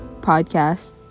podcast